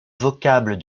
vocable